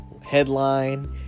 headline